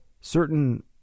certain